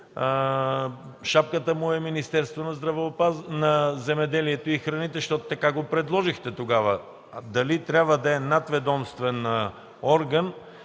шапката й е Министерството на земеделието и храните, защото тогава така го предложихте. Дали трябва да е надведомствен орган